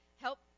help